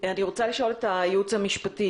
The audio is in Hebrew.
אני רוצה לשאול את הייעוץ המשפטי,